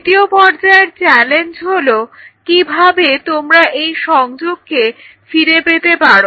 তৃতীয় পর্যায়ের চ্যালেঞ্জ হলো কিভাবে তোমরা এই সংযোগকে ফিরে পেতে পারো